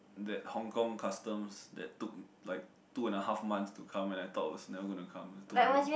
that Hong-Kong customs that took like two and a half months to come and I thought it was never going to come two hundred over